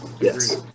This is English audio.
yes